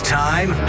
time